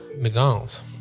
McDonald's